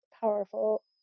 powerful